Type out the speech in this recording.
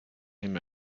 him